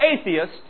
atheist